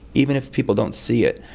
even if people don't see it.